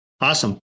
Awesome